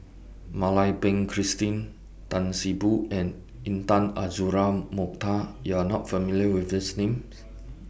Mak Lai Peng Christine Tan See Boo and Intan Azura Mokhtar YOU Are not familiar with These Names